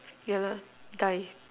yeah lah die